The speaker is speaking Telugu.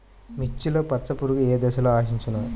మిర్చిలో పచ్చ పురుగు ఏ దశలో ఆశించును?